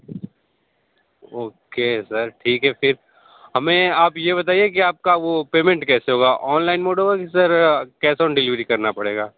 okay sir ठीक है फिर हमें आप ये बताइए कि आपका वो पेमेंट कैसे होगा ऑनलाइन मोड होगा कि सर कैश ऑन डीलिवरी करना पड़ेगा